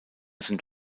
sind